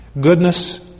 goodness